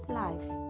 life